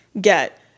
get